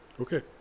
Okay